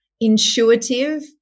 intuitive